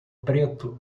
preto